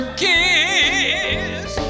kiss